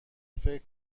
فکر